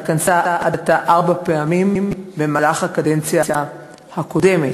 התכנסה עד עתה ארבע פעמים במהלך הקדנציה הקודמת.